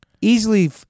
Easily